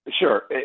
Sure